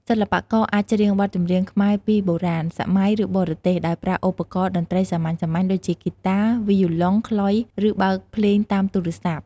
សិល្បករអាចច្រៀងបទចម្រៀងខ្មែរពីបុរាណ សម័យ ឬបរទេស ដោយប្រើឧបករណ៍តន្ត្រីសាមញ្ញៗ ដូចជាហ្គីតា វីយូឡុង ខ្លុយ ឬបើកភ្លេងតាមទូរស័ព្ទ។